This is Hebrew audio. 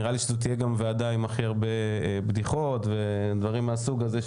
נראה לי שזו תהיה הוועדה עם הכי הרבה בדיחות ודברים מהסוג הזה,